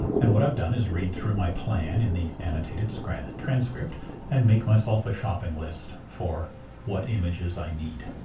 and what i've done is read through my plan in the annotated and transcript and make myself a shopping list for what images i need.